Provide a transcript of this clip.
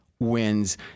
wins